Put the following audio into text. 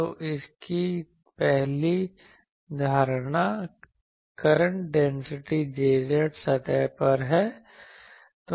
तो इसकी पहली धारणा करंट डेंसिटी Jz सतह पर है